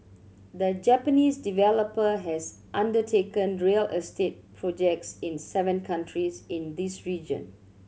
the Japanese developer has undertaken real estate projects in seven countries in this region